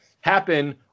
happen